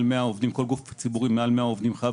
כל גוף ציבורי מעל 100 עובדים חייב